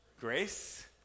grace